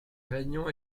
réunion